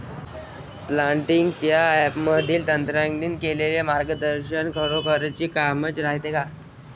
Plantix या ॲपमधील तज्ज्ञांनी केलेली मार्गदर्शन खरोखरीच कामाचं रायते का?